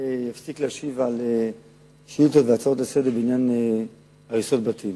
אפסיק להשיב על שאילתות והצעות לסדר-היום בעניין הריסות בתים.